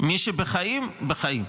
מי שבחיים, בחיים.